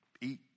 eat